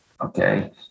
okay